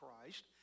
Christ